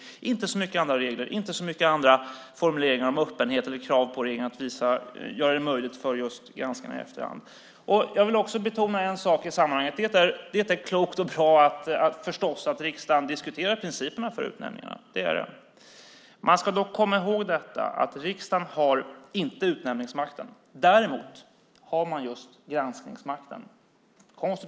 Det har inte varit så mycket andra regler, inte så mycket formuleringar om öppenhet eller krav på regeringen att göra det möjligt för just granskningar i efterhand. Jag vill också betona en sak i sammanhanget. Det är förstås klokt och bra att riksdagen diskuterar principerna för utnämningarna. Man ska dock komma ihåg att riksdagen inte har utnämningsmakten. Däremot har vi just granskningsmakten.